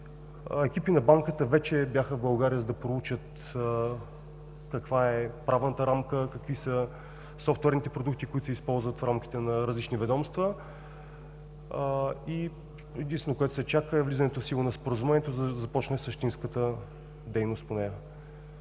Екипи на Банката вече бяха в България, за да проучат каква е правната рамка, какви са софтуерните продукти, които се използват в рамките на различни ведомства. Единственото, което се чака, е влизането в сила на Споразумението, за да започне същинската дейност по нея.